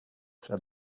said